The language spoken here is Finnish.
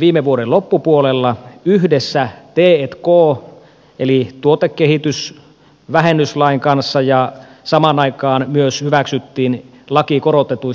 viime vuoden loppupuolella yhdessä t k eli tuotekehitysvähennyslain kanssa ja samaan aikaan myös hyväksyttiin laki korotetuista poisto oikeuksista